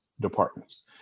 departments